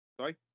Sorry